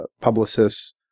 publicists